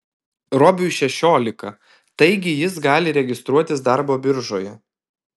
robiui šešiolika taigi jis gali registruotis darbo biržoje